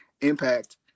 Impact